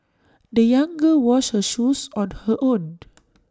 the young girl washed her shoes on her own